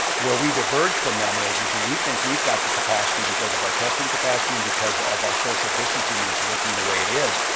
where we die vurnlg from them yeah is is we think we've got the capacity because of our testing capacity and because of our social distancing is working the way it is,